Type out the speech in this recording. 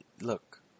look